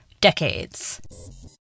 decades